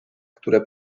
które